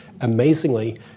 Amazingly